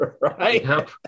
right